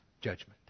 judgment